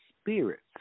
spirits